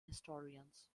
historians